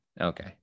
Okay